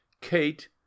Kate